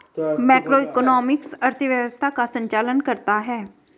macroeconomics अर्थव्यवस्था का संचालन करता है